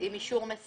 עם אישור מסירה?